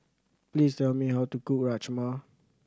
please tell me how to cook Rajma